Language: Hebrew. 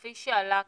כפי שעלה כאן.